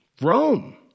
Rome